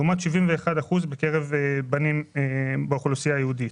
לעומת 71% בקרב בנים באוכלוסייה היהודית.